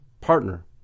Partner